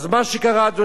אדוני היושב-ראש,